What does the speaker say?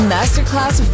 Masterclass